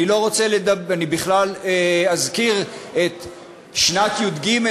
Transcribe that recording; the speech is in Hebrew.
אני בכלל לא רוצה להזכיר את שנת י"ג,